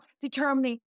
determining